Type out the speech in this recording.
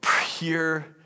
pure